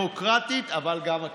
הביורוקרטית, אבל גם הכלכלית.